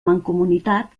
mancomunitat